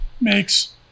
makes